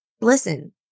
listen